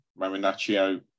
Marinaccio